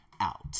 out